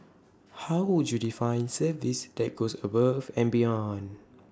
how would you define service that goes above and beyond